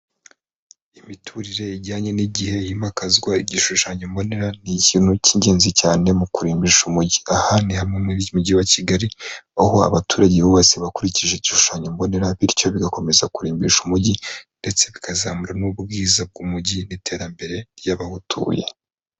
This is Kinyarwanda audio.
Imiturire ijyanye n'igihe himakazwa igishushanyo mbonera ni ikintu cy'ingenzi cyane mu kurimbisha umujyi. Aha ni hamwe mu mujyi wa Kigali aho abaturage bubatse bakurikije igishushanyo mbonera bityo bigakomeza kurimbisha umujyi ndetse bikazamura n'ubwiza bw'umujyi n'iterambere ry'abawutuye.